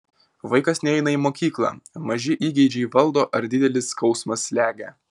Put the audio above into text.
vaikas neina į mokyklą maži įgeidžiai valdo ar didelis skausmas slegia